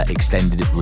Extended